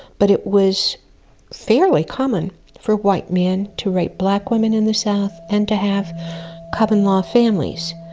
but it was fairly common for white men to rape black women in the south, and to have common law families.